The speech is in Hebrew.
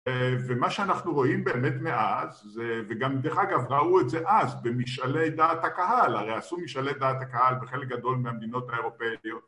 ומה שאנחנו רואים באמת מאז, וגם דרך אגב ראו את זה אז במשאלי דעת הקהל, הרי עשו משאלי דעת הקהל בחלק גדול מהמדינות האירופאיות